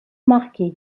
marqué